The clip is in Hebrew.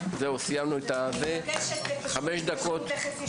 הישיבה ננעלה בשעה 12:29.